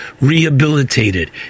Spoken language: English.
rehabilitated